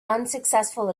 unsuccessful